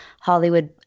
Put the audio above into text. Hollywood